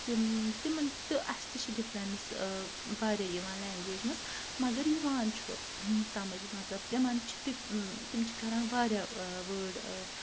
تِم تِمَن تہٕ اَسہِ تہِ چھِ ڈِفرَنٕس واریاہ یِوان لینٛگویجہِ منٛز مگر یِوان چھُ سَمٕجھ مطلب تِمَن چھِ تِف تِم چھِ کَران واریاہ وٲڈ